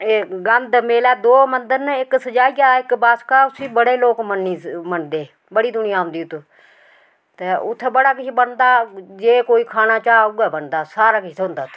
एह् गंध मेलै दो मंदर न इक सेजाइया इक बासका उसी बड़े लोक मन्नीं मनदे बड़ी दुनियां औंदी ओत ते उत्थें बड़ा किश बनदा जे कोई खाना चाह् उ'यै बनदा सारा किश थ्होंदा उत्थे